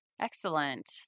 Excellent